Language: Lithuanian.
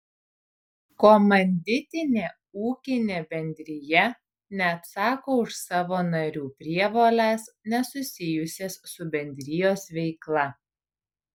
komanditinė ūkinė bendrija neatsako už savo narių prievoles nesusijusias su bendrijos veikla